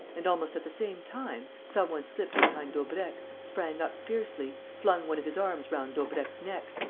and, almost at the same time, some one slipped behind daubrecq, sprang up fiercely, flung one of his arms round daubrecq's neck,